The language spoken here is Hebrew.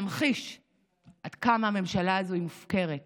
להמחיש עד כמה הממשלה הזו היא מופקרת ורעה,